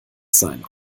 sein